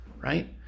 right